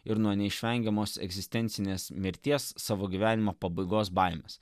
ir nuo neišvengiamos egzistencinės mirties savo gyvenimo pabaigos baimes